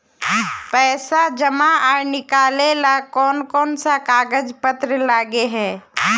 पैसा जमा आर निकाले ला कोन कोन सा कागज पत्र लगे है?